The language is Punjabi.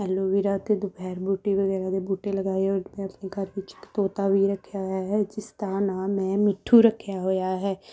ਔਲੋਵੀਰਾ ਅਤੇ ਦੁਪਹਿਰ ਬੂਟੀ ਵਗੈਰਾ ਦੇ ਬੂਟੇ ਲਗਾਏ ਹੋਏ ਮੈਂ ਆਪਣੇ ਘਰ ਵਿੱਚ ਇੱਕ ਤੋਤਾ ਵੀ ਰੱਖਿਆ ਹੋਇਆ ਹੈ ਜਿਸ ਦਾ ਨਾਮ ਮੈਂ ਮਿੱਠੂ ਰੱਖਿਆ ਹੋਇਆ ਹੈ